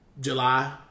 July